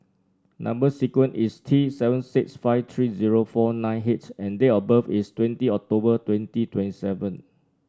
number sequence is T seven six five three zero four nine H and date of birth is twenty October twenty twenty seven